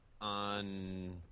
on